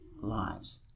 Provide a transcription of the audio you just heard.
lives